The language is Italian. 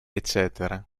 eccetera